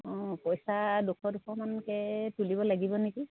অঁ পইচা দুশ দুশমানকৈ তুলিব লাগিব নেকি